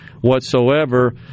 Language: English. whatsoever